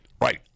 Right